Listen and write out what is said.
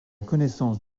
connaissance